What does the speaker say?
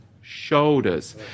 shoulders